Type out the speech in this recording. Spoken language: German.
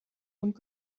und